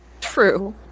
True